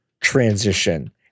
transition